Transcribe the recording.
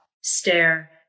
stare